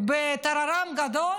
בטררם גדול: